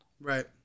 right